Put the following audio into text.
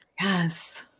Yes